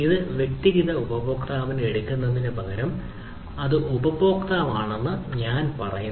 ഇത് വ്യക്തിഗത ഉപഭോക്താവിനെ എടുക്കുന്നതിനുപകരം ഇത് ഉപയോക്താവാണെന്ന് ഞാൻ പറയുന്നു